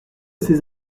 ces